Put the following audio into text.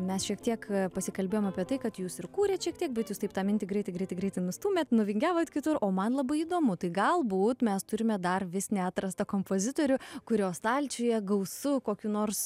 mes šiek tiek pasikalbėjom apie tai kad jūs ir kūrėt šiek tiek bet jūs taip tą mintį greitai greitai greitai nustūmėt nuvingiavot kitur o man labai įdomu tai galbūt mes turime dar vis neatrastą kompozitorių kurio stalčiuje gausu kokių nors